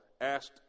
asked